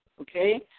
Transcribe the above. okay